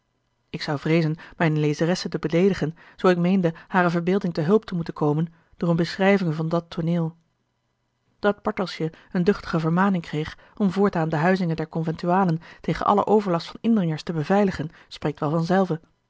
ik zou vreezen mijne lezeressen te beleedigen zoo ik meende hare verbeelding te hulp te moeten komen door eene beschrijving van dat tooneel dat bartelsje eene duchtige vermaning kreeg om voortaan de huizinge der conventualen tegen allen overlast van indringers te beveiligen spreekt wel vanzelve